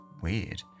weird